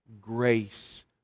grace